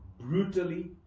brutally